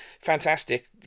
fantastic